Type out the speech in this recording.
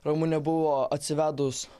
ramunė buvo atsivedus